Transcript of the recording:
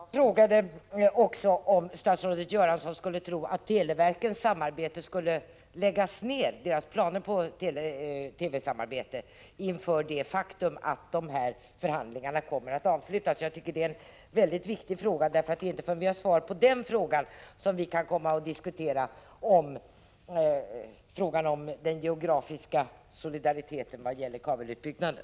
Herr talman! Jag frågade också om statsrådet Göransson trodde att televerkens arbete vad gäller deras planer på ett TV-samarbete skulle läggas ned inför det faktum att de här förhandlingarna kommer att avslutas. Jag tycker att det är en väldigt viktig fråga. Det är ju inte förrän vi har fått ett svar på den frågan som vi kan diskutera frågan om den geografiska solidariteten vad gäller kabelutbyggnaden.